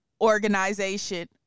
organization